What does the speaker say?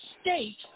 state